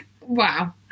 Wow